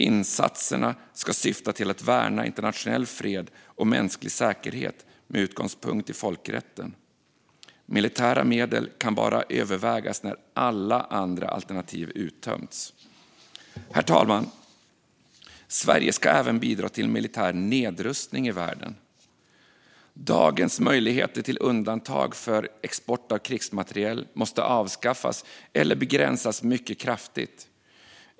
Insatserna ska syfta till att värna internationell fred och mänsklig säkerhet med utgångspunkt i folkrätten. Militära medel kan bara övervägas när alla andra alternativ uttömts. Herr talman! Sverige ska även bidra till militär nedrustning i världen. Dagens möjligheter till undantag för export av krigsmateriel måste avskaffas eller begränsas mycket kraftigt.